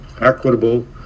equitable